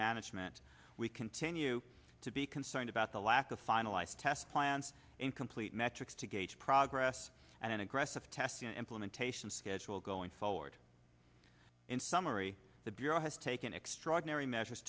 management we continue to be concerned about the lack of finalize test plans incomplete metrics to gauge progress and an aggressive test implementation schedule going forward in summary the bureau has taken extraordinary measures